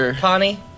Connie